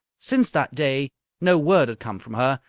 since that day no word had come from her,